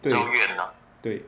对对